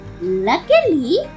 Luckily